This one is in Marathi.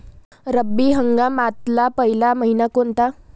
रब्बी हंगामातला पयला मइना कोनता?